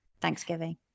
Thanksgiving